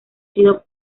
sido